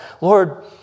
Lord